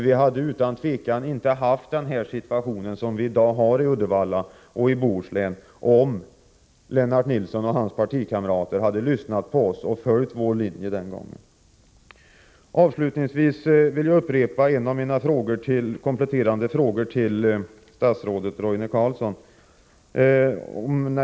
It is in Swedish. Vi hade utan tvivel inte haft den situation som vi i dag har i Bohuslän om Lennart Nilsson och hans partikamrater hade lyssnat på oss och följt vår linje den gången. Avslutningsvis vill jag upprepa en av mina kompletterande frågor till statsrådet Roine Carlsson.